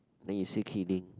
then you still kidding